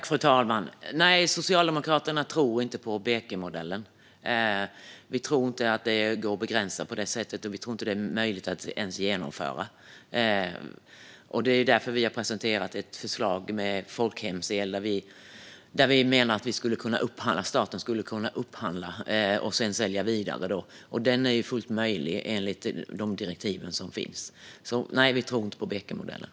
Fru talman! Nej, Socialdemokraterna tror inte på Bekenmodellen. Vi tror inte att det går att begränsa på det sättet, och vi tror inte att det är möjligt att ens genomföra. Det är därför som vi har presenterat ett förslag med folkhemsel, där vi menar att staten skulle kunna upphandla och sedan sälja vidare. Den modellen är fullt möjlig enligt de direktiv som finns. Men Bekenmodellen tror vi inte på.